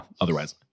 otherwise